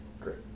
Great